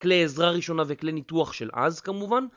כלי עזרה ראשונה וכלי ניתוח של אז כמובן.